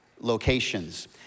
Locations